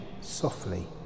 softly